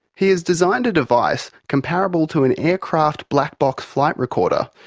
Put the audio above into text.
he has designed a device comparable to an aircraft black box flight recorder.